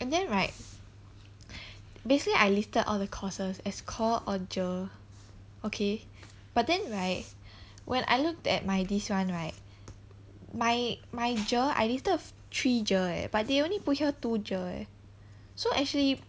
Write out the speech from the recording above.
and then right basically I listed all the courses as core or GER okay but then right when I look at my this one right my my GER I listed three GER eh but they only put here two GER eh so actually